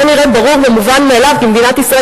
זה נראה ברור ומובן מאליו כי מדינת ישראל